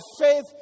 faith